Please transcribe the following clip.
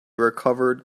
recovered